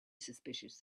suspicious